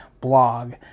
blog